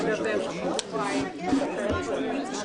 למי שיש ספק שהחיים הם מעגליים,